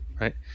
right